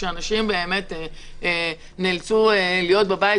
שאנשים נאלצו להיות בבית,